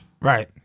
Right